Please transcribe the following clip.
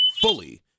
fully